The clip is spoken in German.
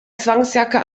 zwangsjacke